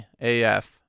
af